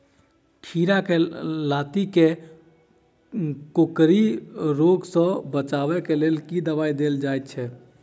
खीरा केँ लाती केँ कोकरी रोग सऽ बचाब केँ लेल केँ दवाई देल जाय छैय?